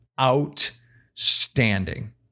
outstanding